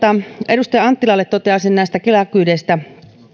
edustaja anttilalle näistä kela kyydeistä